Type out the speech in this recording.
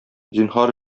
зинһар